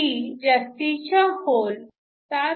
ती जास्तीच्या होल 7